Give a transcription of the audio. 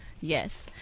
Yes